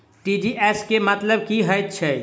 TGS केँ मतलब की हएत छै?